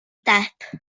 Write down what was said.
depp